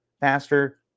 faster